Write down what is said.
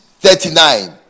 Thirty-nine